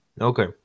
Okay